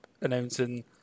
announcing